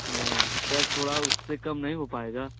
sir थोड़ा उससे कम नहीं हो पाएगा